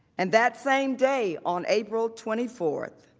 and that same day, on april twenty four,